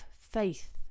faith